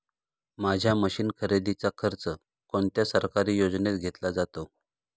माझ्या मशीन खरेदीचा खर्च कोणत्या सरकारी योजनेत घेतला जातो?